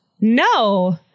No